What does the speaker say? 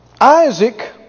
Isaac